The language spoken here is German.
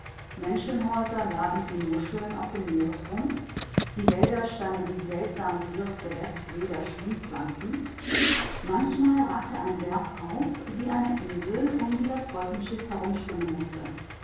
luft menschenhäuser lagen wie muscheln auf dem meeresgrund die wälder standen wie seltsames wirres gewächs wilder schlingpflanzen manchmal ragte ein berg auf wie eine insel um die das wolkenschiff herumschwimmen mußte